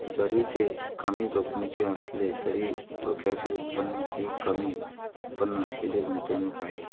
जरी ते कमी जोखमीचे असले तरी रोक्याची उत्पन्न ही कमी उत्पन्न असलेली गुंतवणूक आहे